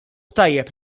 tajjeb